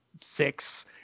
six